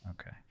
okay